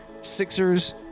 Sixers